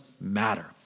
matter